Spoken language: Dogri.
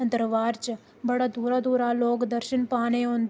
दरबार च बड़ा दूरा दूरा लोक दर्शन पाने गी